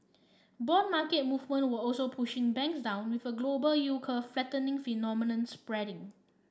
bond market movement were also pushing banks down with a global yield curve flattening phenomenon spreading